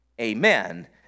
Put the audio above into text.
amen